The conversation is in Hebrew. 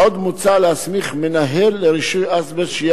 עוד מוצע להסמיך מנהל לרישוי אזבסט שיהיה